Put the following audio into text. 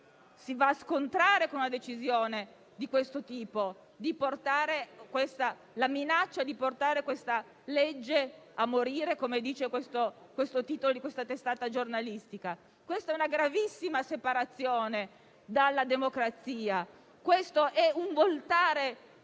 si va a scontrare con una decisione di questo tipo, cioè con la minaccia di portare questa legge a morire, come recita il titolo di quella testata giornalistica. Questa è una gravissima separazione dalla democrazia, è un voltare